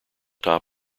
top